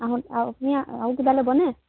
আপুনি আৰু কিবা কিবা ল'বনে